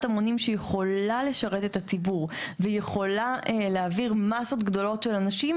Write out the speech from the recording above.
המונים שיכולה לשרת את הציבור ויכולה להעביר מסות גדולות של אנשים